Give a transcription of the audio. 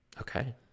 Okay